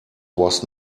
was